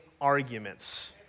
arguments